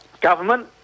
government